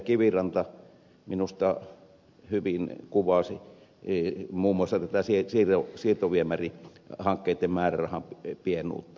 kiviranta minusta hyvin kuvasi muun muassa siirtoviemärihankkeitten määrärahan pienuutta